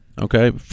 Okay